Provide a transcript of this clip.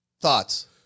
thoughts